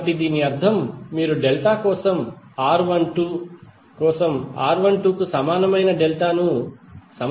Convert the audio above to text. కాబట్టి దీని అర్థం మీరు డెల్టా కోసం R12 కోసం R12కు సమానమైన డెల్టా ను సమానం చేయాలి